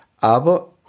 Aber